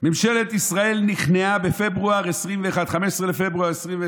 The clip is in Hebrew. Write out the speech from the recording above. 15 בפברואר 2021,